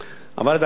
אבל לדעתי,